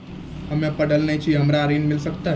हम्मे पढ़ल न छी हमरा ऋण मिल सकत?